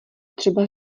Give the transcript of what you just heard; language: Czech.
třeba